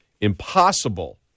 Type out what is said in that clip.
impossible